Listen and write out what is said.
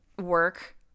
work